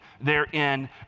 therein